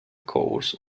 course